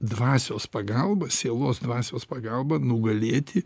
dvasios pagalba sielos dvasios pagalba nugalėti